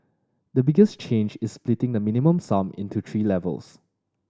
the biggest change is splitting the Minimum Sum into three levels